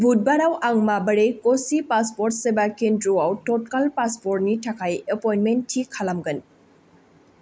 बुधबाराव आं माबोरै कसि पासपर्ट सेबा केन्द्रआव टटकाल पासपर्टनि थाखाय एपयन्टमेन्ट थिक खालामगोन